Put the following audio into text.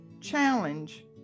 challenge